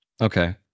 Okay